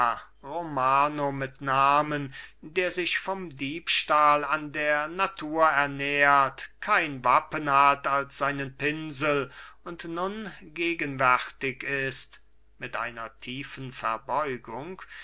romano mit namen der sich vom diebstahl an der natur ernährt kein wappen hat als seinen pinsel und nun gegenwärtig ist mit einer tiefen verbeugung